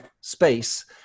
space